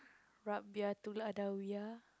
Rabiah Adawiyah